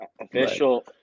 Official